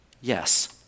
Yes